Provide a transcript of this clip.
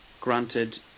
granted